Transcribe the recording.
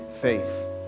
faith